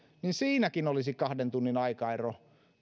niin siinäkin olisi kahden tunnin aikaero